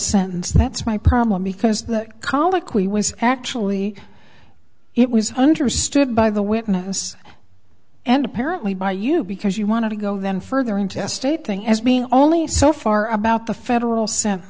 sentence that's my problem because that colloquy was actually it was understood by the witness and apparently by you because you want to go then further intestate thing as being only so far about the federal